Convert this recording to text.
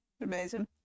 amazing